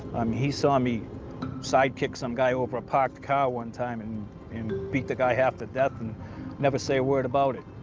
he saw me side-kick some guy over a parked car one time and and beat the guy half to death and never say a word about it.